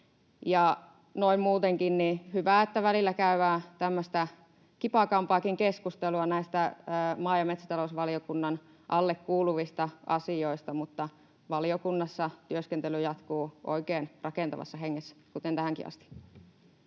Noin muutenkin on hyvä, että välillä käydään tämmöistä kipakampaakin keskustelua näistä maa- ja metsätalousvaliokunnan alle kuuluvista asioista, mutta valiokunnassa työskentely jatkuu oikein rakentavassa hengessä, kuten tähänkin asti.